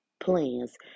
plans